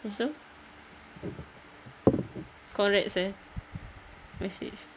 habis tu congrats eh message